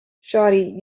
shawty